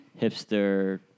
hipster